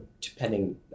depending